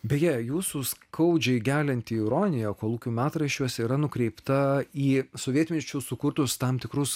beje jūsų skaudžiai gelianti ironija kolūkių metraščiuose yra nukreipta į sovietmečiu sukurtus tam tikrus